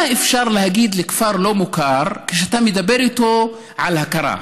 מה אפשר להגיד לכפר לא מוכר כשאתה מדבר איתו על הכרה,